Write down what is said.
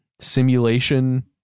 simulation